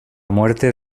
muerte